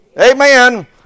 amen